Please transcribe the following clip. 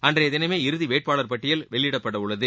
அன்றைய தினமே இறுதி வேட்பாளர் பட்டியல் வெளியிடப்படவுள்ளது